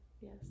Yes